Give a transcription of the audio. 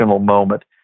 moment